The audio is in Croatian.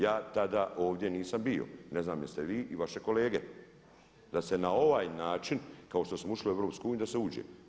Ja tada ovdje nisam bio, ne znam jeste vi i vaše kolege, da se na ovaj način kao što smo ušli u EU da se uđe.